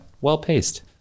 Well-paced